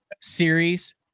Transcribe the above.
Series